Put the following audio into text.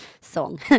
song